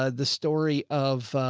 ah the story of,